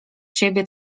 siebie